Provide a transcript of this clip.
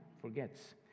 forgets